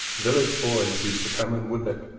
village boys used to come and whip it.